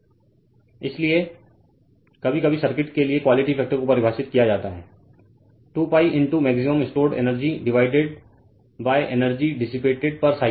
Refer Slide Time 1227 इसलिए कभी कभी सर्किट के लिए क्वालिटी फैक्टर को परिभाषित किया जाता है 2 pi into maximum stored energy divided energy dissipated per cycle